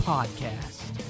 Podcast